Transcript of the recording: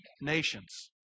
nations